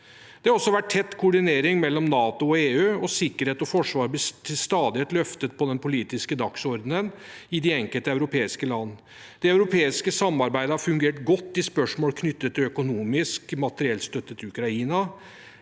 Det har også vært tett koordinering mellom NATO og EU, og sikkerhet og forsvar blir til stadighet løftet på den politiske dagsordenen i de enkelte europeiske land. Det europeiske samarbeidet har fungert godt i spørsmål knyttet til økonomisk materiellstøtte til Ukraina.